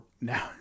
now